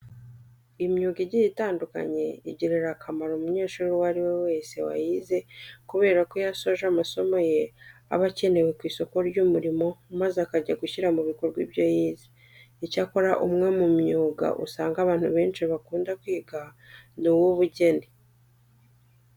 Imyuga igiye itandukanye igirira akamaro umunyeshuri uwo ari we wese wayize kubera ko iyo asoje amasomo ye, aba akenewe ku isoko ry'umurimo maze akajya gushyira mu bikorwa ibyo yize. Icyakora umwe mu myuga usanga abantu benshi bakunda kwiga ni uw'ubugeni.